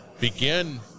begin